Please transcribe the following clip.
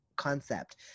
concept